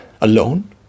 alone